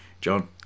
John